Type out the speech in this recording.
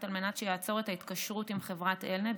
על מנת שיעצור את ההתקשרות עם חברת אלנט,